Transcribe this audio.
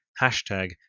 hashtag